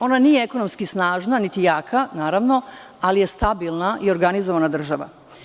Ona nije ekonomski snažna, niti jaka, naravno, ali je stabilna i organizovana država.